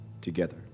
Together